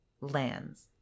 lands